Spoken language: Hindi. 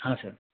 हाँ सर